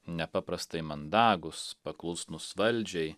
nepaprastai mandagūs paklusnūs valdžiai